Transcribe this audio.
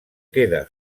queda